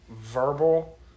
verbal